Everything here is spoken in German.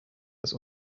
dass